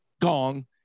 gong